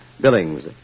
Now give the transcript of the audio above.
Billings